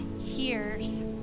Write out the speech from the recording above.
hears